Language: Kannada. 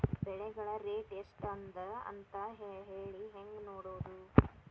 ಬೆಳೆಗಳ ರೇಟ್ ಎಷ್ಟ ಅದ ಅಂತ ಹೇಳಿ ಹೆಂಗ್ ನೋಡುವುದು?